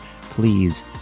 please